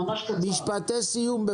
כמה משפטים לסיום,